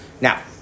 Now